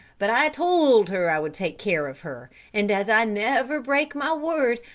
but i told her i would take care of her and as i never break my word,